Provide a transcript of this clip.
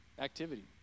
activity